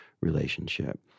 relationship